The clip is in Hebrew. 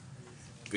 (שקף: איגום ושיתוף של המידע בתחום הבנייה).